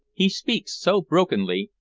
he speaks so brokenly,